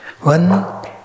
One